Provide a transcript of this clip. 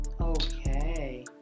Okay